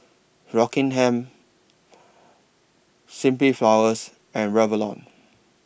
Rockingham Simply Flowers and Revlon